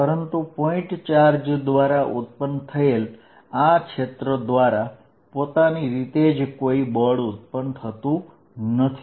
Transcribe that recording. પરંતુ point charge દ્વારા ઉત્પન્ન થયેલ આ ક્ષેત્ર દ્વારા પોતાની રીતે જ કોઈ બળ ઉત્પન્ન થતું નથી